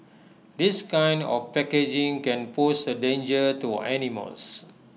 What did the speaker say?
this kind of packaging can pose A danger to animals